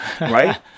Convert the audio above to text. right